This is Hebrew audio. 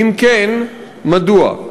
2. אם כן, מדוע?